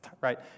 right